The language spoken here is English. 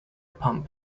pump